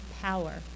power